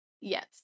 yes